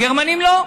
גרמנים לא,